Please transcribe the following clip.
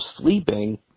sleeping